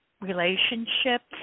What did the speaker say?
relationships